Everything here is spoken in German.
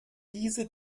diese